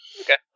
Okay